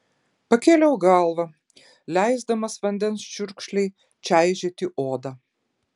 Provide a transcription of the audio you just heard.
pakėliau galvą leisdamas vandens čiurkšlei čaižyti odą